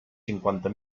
cinquanta